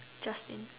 Justin